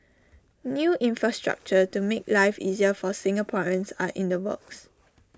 new infrastructure to make life easier for Singaporeans are in the works